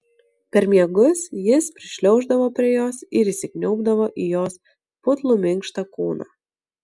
per miegus jis prišliauždavo prie jos ir įsikniaubdavo į jos putlų minkštą kūną